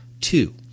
Two